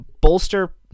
bolster